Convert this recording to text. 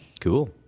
cool